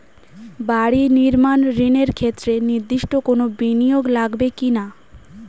বাড়ি নির্মাণ ঋণের ক্ষেত্রে নির্দিষ্ট কোনো বিনিয়োগ লাগবে কি না?